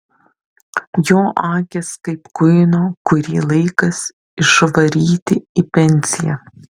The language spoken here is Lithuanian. jo akys kaip kuino kurį laikas išvaryti į pensiją